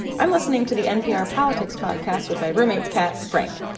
i'm listening to the npr politics podcast with my roommate's cat, frank,